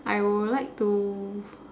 I will like to